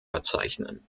verzeichnen